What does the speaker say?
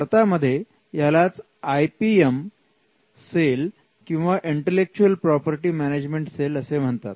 भारतामध्ये यालाच I P M cell किंवा इंटलेक्चुअल प्रॉपर्टी मेनेजमेंट सेल असे म्हणतात